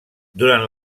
durant